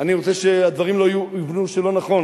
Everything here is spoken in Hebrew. אני רוצה שהדברים לא יובנו שלא נכון.